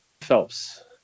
Phelps